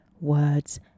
words